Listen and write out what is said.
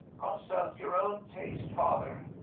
consult your own taste, father.